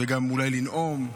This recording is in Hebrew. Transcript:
וגם אולי לנאום,